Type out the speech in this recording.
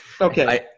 Okay